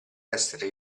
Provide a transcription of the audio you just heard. essere